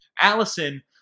Allison